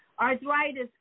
arthritis